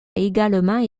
également